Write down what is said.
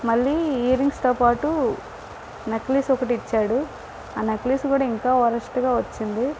మళ్ళీ ఇయర్ రింగ్స్తో పాటు నక్లిస్ ఒకటి ఇచ్చాడు ఆ నక్లిస్ కూడా ఇంకా వరస్ట్గా వచ్చింది